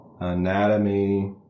Anatomy